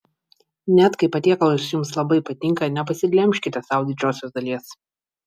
net kai patiekalas jums labai patinka nepasiglemžkite sau didžiosios dalies